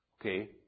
Okay